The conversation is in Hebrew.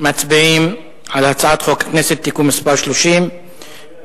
מצביעים על הצעת חוק הכנסת (תיקון מס' 30),